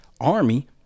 Army